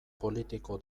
politiko